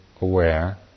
aware